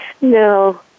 No